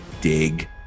dig